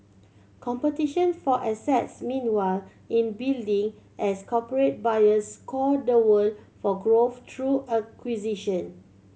competition for assets meanwhile in building as corporate buyers scour the world for growth through acquisition